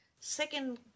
Second